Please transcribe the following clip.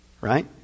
right